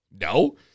No